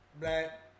black